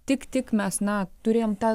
tik tik mes na turėjom tą